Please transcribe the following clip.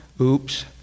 Oops